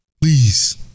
Please